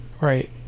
right